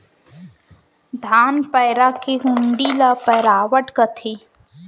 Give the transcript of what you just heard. धान पैरा के हुंडी ल पैरावट कथें